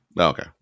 Okay